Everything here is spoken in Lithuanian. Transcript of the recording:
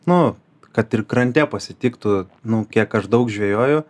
nu kad ir krante pasitiktų nu kiek aš daug žvejoju